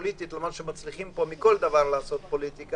למרות שפה מצליחים לעשות פוליטיקה מכל דבר.